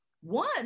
One